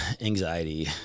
anxiety